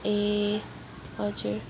ए हजुर